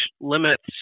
limits